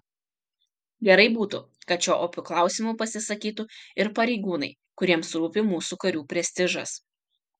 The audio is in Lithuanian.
gerai būtų kad šiuo opiu klausimu pasisakytų ir pareigūnai kuriems rūpi mūsų karių prestižas